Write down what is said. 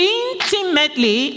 intimately